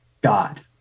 God